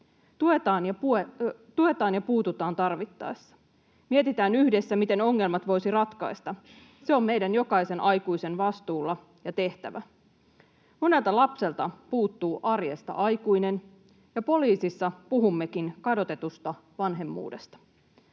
tuetaan ja puututaan tarvittaessa. Mietitään yhdessä, miten ongelmat voisi ratkaista. Se on meidän jokaisen aikuisen vastuulla ja tehtävä. Monelta lapselta puuttuu arjesta aikuinen, ja poliisissa puhummekin kadotetusta vanhemmuudesta.